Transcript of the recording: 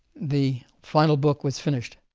the final book was finished.